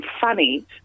funny